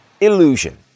illusion